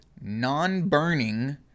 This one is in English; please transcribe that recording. non-burning